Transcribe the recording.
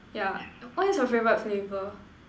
yeah what is your favorite flavor